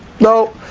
no